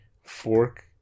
fork